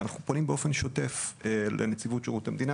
ואנחנו פונים באופן שוטף לנציבות שירות המדינה,